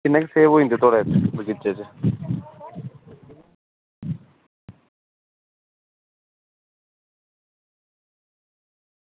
किन्ने सेब होंदे थुआढ़े बगीचे च